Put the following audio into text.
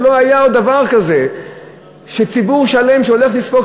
ולא היה עוד דבר כזה שציבור שלם שהולך לספוג,